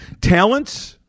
talents